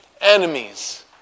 enemies